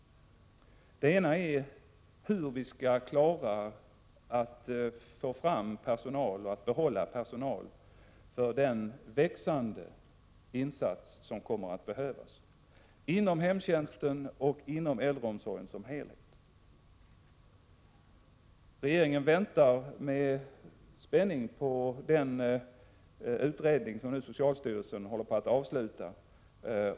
Det första gäller hur vi skall kunna få fram — och behålla — personal för den ökande insats som kommer att behövas inom hemtjänsten och inom äldreomsorgen som helhet. Regeringen väntar med spänning på den utredning som socialstyrelsen nu håller på att avsluta.